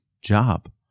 job